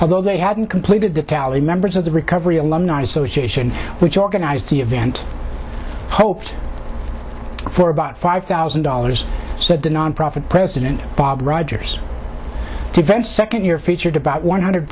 although they hadn't completed the tally members of the recovery alumni association which organized the event hoped for about five thousand dollars said the nonprofit president bob rogers defense second year featured about one hundred